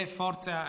forza